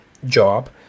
job